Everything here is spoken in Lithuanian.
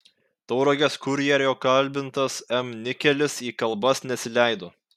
tauragės kurjerio kalbintas m nikelis į kalbas nesileido